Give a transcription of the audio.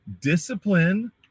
discipline